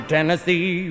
Tennessee